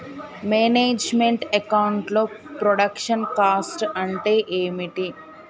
Manage meant account లో production cost అంటే ఏమిటి?